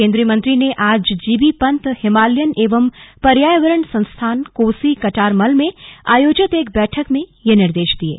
केंद्रीय मंत्री ने आज जीबी पंत हिमालयन एवं पर्यावरण संस्थान कोसी कटारमल में आयोजित एक बैठक में ये निर्देश दिये